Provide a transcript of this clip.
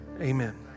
amen